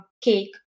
cake